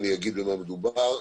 אני אגיד במה מדובר.